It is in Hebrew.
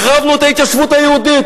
החרבנו את ההתיישבות היהודית.